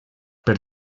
per